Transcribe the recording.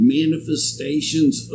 manifestations